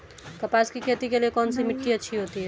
कपास की खेती के लिए कौन सी मिट्टी अच्छी होती है?